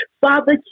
Father